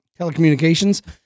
telecommunications